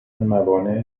موانع